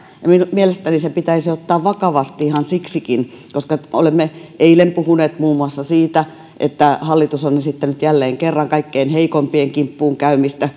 mielestäni se pitäisi ottaa vakavasti ihan siksikin koska olemme eilen puhuneet muun muassa siitä että hallitus on esittänyt jälleen kerran kaikkein heikoimpien kimppuun käymistä